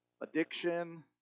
addiction